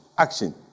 action